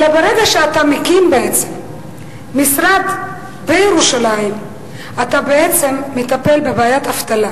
הרי ברגע שאתה מקים משרד בירושלים אתה בעצם מטפל בבעיית האבטלה,